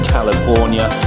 California